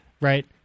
Right